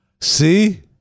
See